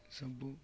ସବୁ